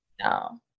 No